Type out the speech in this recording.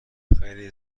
خیلی